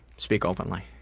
speak openly.